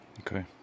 Okay